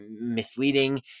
misleading